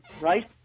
right